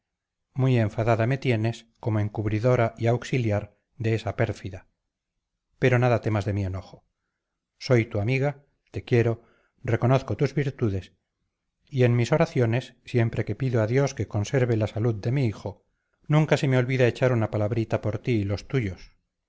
muy enfadada me tienes como encubridora y auxiliar de esa pérfida pero nada temas de mi enojo soy tu amiga te quiero reconozco tus virtudes y en mis oraciones siempre que pido a dios que conserve la salud de mi hijo nunca se me olvida echar una palabrita por ti y los tuyos